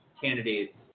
candidates